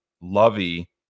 Lovey